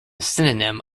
synonym